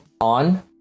on